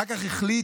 אחר כך החליט,